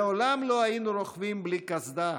לעולם לא היינו רוכבים בלי קסדה,